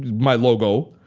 my logo,